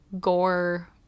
gore